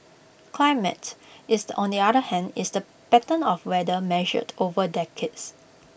climate is the other hand is the pattern of weather measured over decades